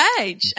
age